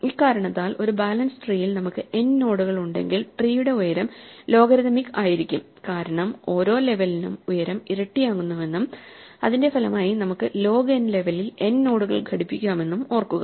ഇക്കാരണത്താൽ ഒരു ബാലൻസ്ഡ്ട്രീയിൽ നമുക്ക് n നോഡുകൾ ഉണ്ടെങ്കിൽ ട്രീയുടെ ഉയരം ലോഗരിഥമിക് ആയിരിക്കും കാരണം ഓരോ ലെവലിനും ഉയരം ഇരട്ടിയാകുന്നുവെന്നും അതിന്റെ ഫലമായി നമുക്ക് ലോഗ് n ലെവലിൽ n നോഡുകൾ ഘടിപ്പിക്കാമെന്നും ഓർക്കുക